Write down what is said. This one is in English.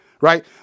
Right